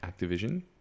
Activision